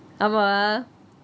ஆமாவா:aamavaa